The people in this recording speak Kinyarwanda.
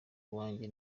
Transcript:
iwanjye